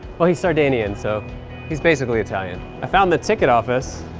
well he's sardinian, so he's basically italian. i found the ticket office.